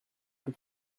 plus